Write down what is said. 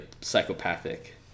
psychopathic